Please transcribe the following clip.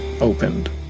opened